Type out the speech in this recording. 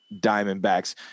Diamondbacks